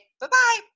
bye-bye